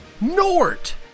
Nort